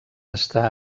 està